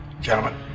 gentlemen